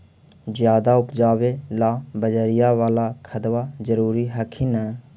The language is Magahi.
ज्यादा उपजाबे ला बजरिया बाला खदबा जरूरी हखिन न?